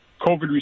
COVID